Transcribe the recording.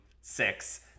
Six